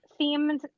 themed